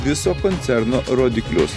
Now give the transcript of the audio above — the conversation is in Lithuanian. viso koncerno rodiklius